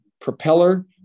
propeller